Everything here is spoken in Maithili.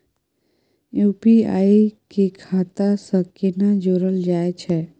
यु.पी.आई के खाता सं केना जोरल जाए छै?